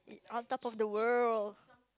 on top of the world